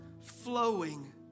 Flowing